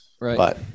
Right